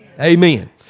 Amen